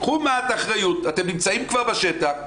קחו מעט אחריות, אתם כבר נמצאים בשטח,